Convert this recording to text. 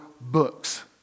books